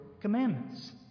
commandments